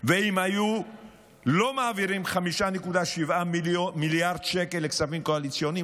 ואם לא היו מעבירים 5.7 מיליארד שקלים לכספים קואליציוניים,